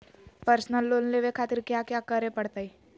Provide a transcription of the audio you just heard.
Personal loan लेवे खातिर कया क्या करे पड़तइ?